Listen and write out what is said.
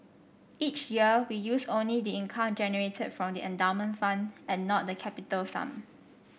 each year we use only the income generated from the endowment fund and not the capital sum